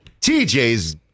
TJ's